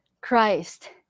christ